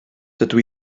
dydw